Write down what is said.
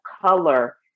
color